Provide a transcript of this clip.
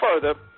further